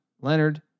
Leonard